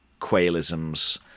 quailisms